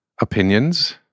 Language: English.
opinions